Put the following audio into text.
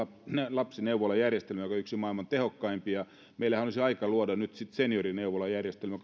lapsineuvolajärjestelmän joka on yksi maailman tehokkaimpia meillähän olisi aika luoda nyt sitten seniorineuvolajärjestelmä